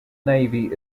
navy